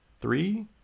three